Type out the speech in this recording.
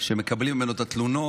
שבו מקבלים תלונות.